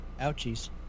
Ouchies